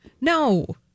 No